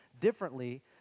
differently